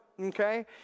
Okay